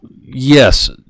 yes